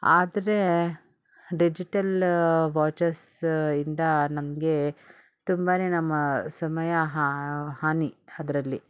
ಆದರೆ ಡಿಜಿಟಲ್ ವಾಚಸ್ಸಯಿಂದ ನಮಗೆ ತುಂಬಾ ನಮ್ಮ ಸಮಯ ಹಾನಿ ಅದ್ರಲ್ಲಿ